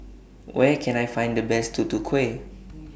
Where Can I Find The Best Tutu Kueh